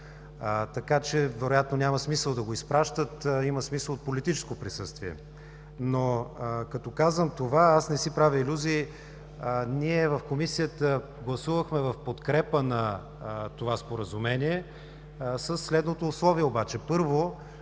така че вероятно няма смисъл да го изпращат, има смисъл от политическо присъствие. Но като казвам това, аз не си правя илюзии. Ние в Комисията гласувахме в подкрепа на това споразумение със следното условие: